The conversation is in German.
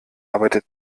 arbeitet